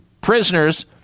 prisoners